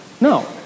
No